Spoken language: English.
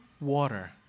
water